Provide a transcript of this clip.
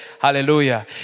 Hallelujah